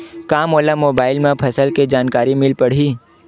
का मोला मोबाइल म फसल के जानकारी मिल पढ़ही?